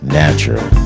natural